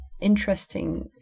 interesting